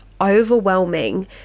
overwhelming